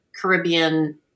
Caribbean